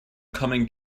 coming